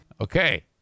Okay